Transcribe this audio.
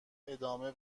ادامه